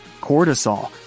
Cortisol